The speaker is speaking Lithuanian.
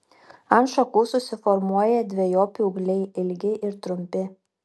ant šakų susiformuoja dvejopi ūgliai ilgi ir trumpi